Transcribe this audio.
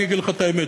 אני אגיד לך את האמת,